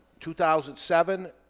2007